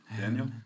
Daniel